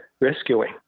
rescuing